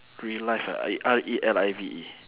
relive ah R E L I V E